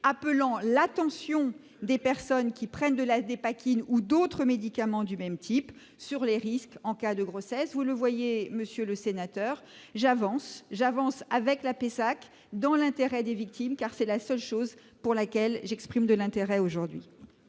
appelant l'attention des personnes qui prennent de la Dépakine ou d'autres médicaments du même type sur les risques en cas de grossesse. Vous le voyez, monsieur le sénateur, j'avance, avec l'APESAC, dans l'intérêt des victimes, car c'est la seule chose qui retient mon intérêt dans